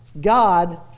God